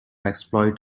exploit